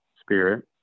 Spirit